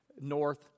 North